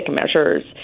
measures